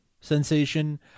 sensation